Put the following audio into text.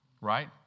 Right